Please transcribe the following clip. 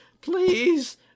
please